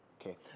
Okay